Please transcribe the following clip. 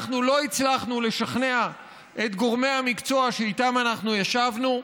אנחנו לא הצלחנו לשכנע את גורמי המקצוע שאיתם אנחנו ישבנו,